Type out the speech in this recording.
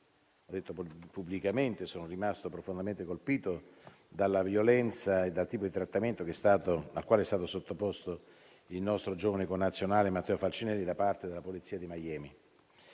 ho detto pubblicamente, sono rimasto profondamente colpito dalla violenza e dal tipo di trattamento al quale è stato sottoposto il nostro giovane connazionale Matteo Falcinelli da parte della polizia di Miami.